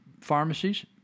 pharmacies